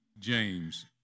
James